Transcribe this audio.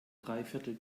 dreiviertel